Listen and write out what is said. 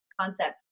concept